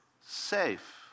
safe